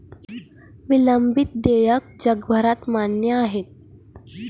विलंबित देयके जगभरात मान्य आहेत